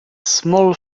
small